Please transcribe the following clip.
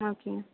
ஓகேங்க